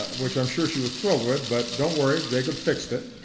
which i'm sure she was thrilled with. but don't worry, jacob fixed it.